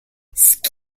ski